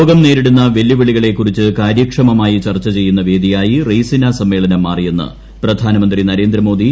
ലോകം നേരിടുന്ന വെല്ലുവിളികളെക്കുറിച്ച് കാര്യക്ഷമമായി ചർച്ച ചെയ്യുന്ന വേദിയായി റെയ്സിനാ സമ്മേളനം മാറിയെന്ന് പ്രധാനമന്ത്രി നരേന്ദ്രമോദി